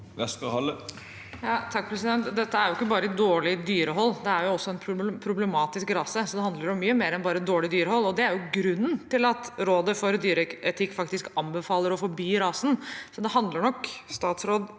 Westgaard-Halle (H) Dette er jo ikke bare dårlig dyrehold, det er også en problematisk rase, så det handler om mye mer enn bare dårlig dyrehold. Det er jo grunnen til at Rådet for dyreetikk faktisk anbefaler å forby rasen. Det handler nok ikke